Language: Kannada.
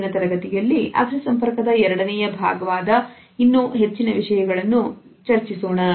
ಮುಂದಿನ ತರಗತಿಯಲ್ಲಿ ಅಕ್ಷಿ ಸಂಪರ್ಕದ ಎರಡನೆಯ ಭಾಗದಲ್ಲಿ ಇನ್ನೂ ಹೆಚ್ಚಿನ ವಿಷಯಗಳನ್ನು ಚರ್ಚಿಸೋಣ